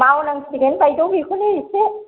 मावनांसिगोन बायद' बेखौनो एसे